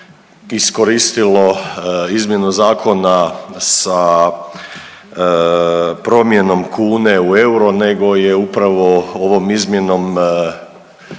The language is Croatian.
izmjenu zakona sa promjenom kune u euro nego je upravo ovom izmjenom